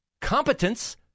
competence